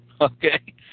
Okay